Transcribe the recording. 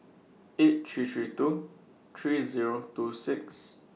eight three three two three Zero two six